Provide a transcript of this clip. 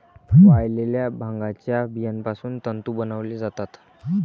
वाळलेल्या भांगाच्या बियापासून तंतू बनवले जातात